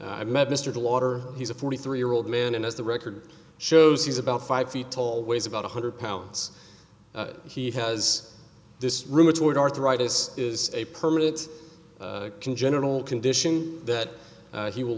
i met mr the water he's a forty three year old man and as the record shows he's about five feet tall weighs about one hundred pounds he has this rheumatoid arthritis is a permanent congenital condition that he will